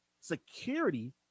security